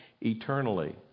eternally